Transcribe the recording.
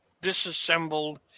disassembled